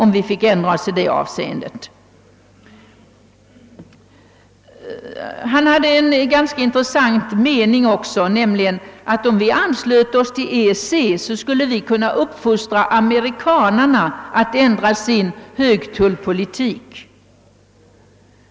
Han sade också — vilket var ganska intressant — att om vi anslöte oss till EEC skulle vi kunna uppfostra amerikanarna till att ändra sin högtullspolitik.